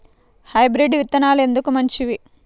Hybrid విత్తనాలు ఎందుకు మంచివి?